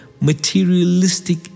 materialistic